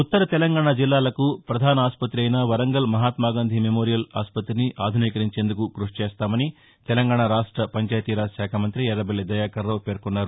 ఉత్తర తెలంగాణ జిల్లాలకు ప్రధాన ఆసుపతి అయిన వరంగల్ మహాత్మాగాంధీ మెమోరియల్ ఆసుపతిని ఆధునీకరించేందుకు కృషి చేస్తామని తెలంగాణ రాష్ట పంచాయతీరాజ్శాఖ మంతి ఎర్రబెల్లి దయాకర్రావు పేర్కొన్నారు